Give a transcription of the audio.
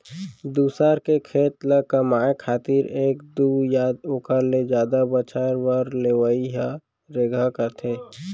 दूसर के खेत ल कमाए खातिर एक दू या ओकर ले जादा बछर बर लेवइ ल रेगहा कथें